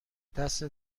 دستت